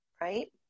right